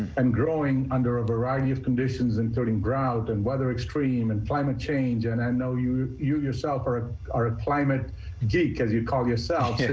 and growing under a variety of conditions including drought and weather extreme and climate change. and i know you you yourself are ah a ah climate geek as you call yourself.